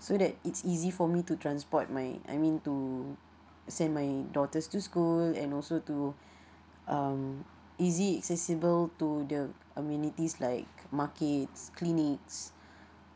so that it's easy for me to transport my I mean to send my daughter's to school and also to um is it feasible to the amenities like markets clinics